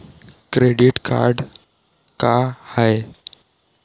Credit card का हाय?